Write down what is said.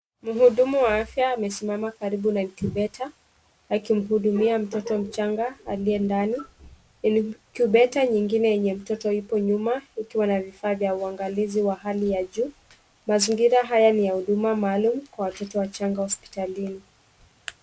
Mhudumu wa afya amesimama karibu na incubator akimhudumia mtoto mchanga aliye ndani. Incubator nyingine yenye mtoto iko nyuma ukiwa na vifaa vya uangalizi vya hali ya juu. Mazingira haya ni ya huduma maalum kwa watoto wachanga hospitalini.